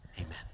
Amen